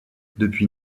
depuis